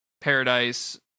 Paradise